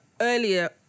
earlier